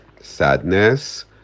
sadness